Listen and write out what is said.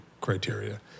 criteria